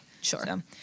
Sure